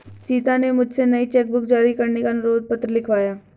सीता ने मुझसे नई चेक बुक जारी करने का अनुरोध पत्र लिखवाया